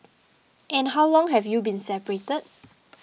and how long have you been separated